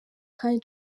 kandi